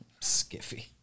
Skiffy